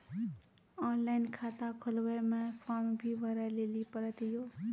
Online खाता खोलवे मे फोर्म भी भरे लेली पड़त यो?